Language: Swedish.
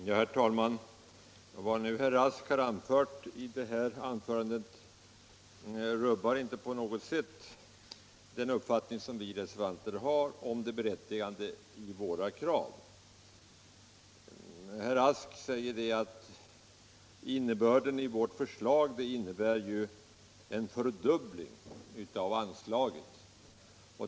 Herr talman! Herr Rasks anförande rubbar inte på något sätt den uppfattning vi reservanter har om det berättigade i våra krav. Herr Rask säger att vårt förslag innebär en fördubbling av anslaget.